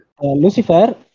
Lucifer